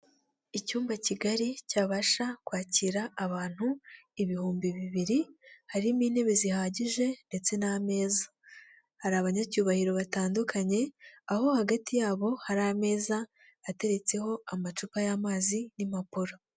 Icyumba kigari cyabasha kwakira abantu ibihumbi bibiri harimo intebe zihagije ndetse n'ameza, hari abanyacyubahiro batandukanye aho hagati yabo hari ameza ateretseho amacupa y'amazi n'impapuro.